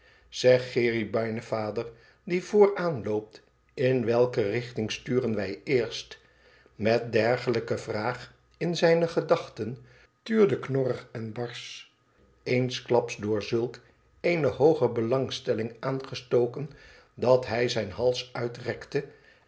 zeg cherubijnenvader die vooraan loopt in welke richting sturen wij eerst met dergelijke vraag in zijne gedachten tuurde knorrig enbarsch eensklaps door zulk eene hooge belangstelling aangestoken dat hij zijn hals uitrekte